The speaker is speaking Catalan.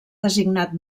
designat